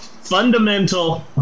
Fundamental